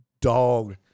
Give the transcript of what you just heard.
dog